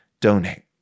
donate